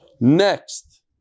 Next